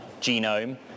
genome